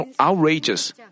outrageous